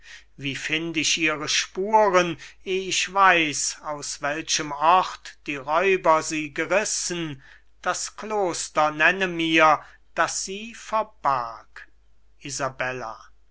wie find ich ihre spuren eh ich weiß aus welchem ort die räuber sie gerissen das kloster nenne mir das sie verbarg